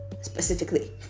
specifically